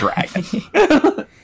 dragon